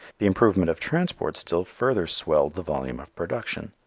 the improvement of transport still further swelled the volume of production.